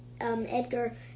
Edgar